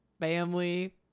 family